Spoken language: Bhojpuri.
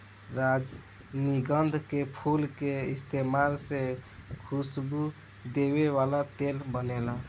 रजनीगंधा के फूल के इस्तमाल से खुशबू देवे वाला तेल बनेला